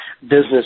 business